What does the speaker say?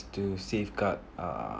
to safeguard uh